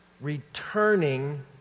returning